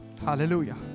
Hallelujah